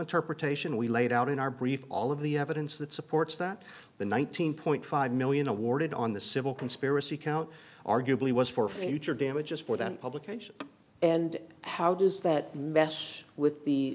interpretation we laid out in our brief all of the evidence that supports that the nineteen point five million awarded on the civil conspiracy count arguably was for future damages for that publication and how does that mess with the